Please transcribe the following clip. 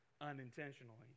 unintentionally